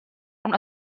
una